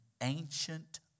Ancient